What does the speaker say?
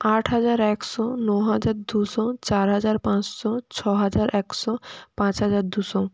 আট হাজার একশো ন হাজার দুশো চার হাজার পাঁচশো ছ হাজার একশো পাঁচ হাজার দুশো